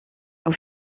aux